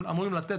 שאמורים לתת,